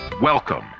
Welcome